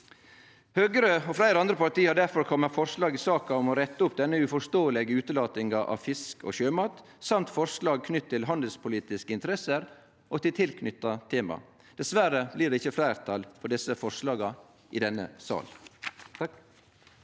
Høgre og fleire andre parti har difor kome med forslag i saka om å rette opp denne uforståelege utelatinga av fisk og sjømat og forslag knytte til handelspolitiske interesser og tilknytte tema. Dessverre blir det ikkje fleirtal for desse forslaga i denne sal.